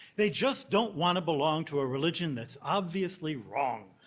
they just don't want to belong to a religion that's obviously wrong.